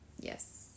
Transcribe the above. yes